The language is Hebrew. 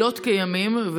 לילות כימים,